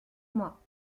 moi